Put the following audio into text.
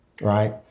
right